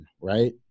right